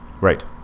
Right